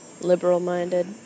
liberal-minded